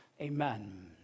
Amen